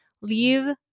Leave